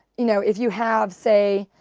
you know if you have, say,